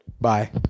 Bye